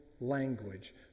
language